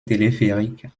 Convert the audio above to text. téléphérique